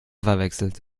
verwechselt